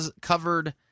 covered